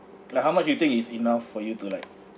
like how much you think is enough for you to like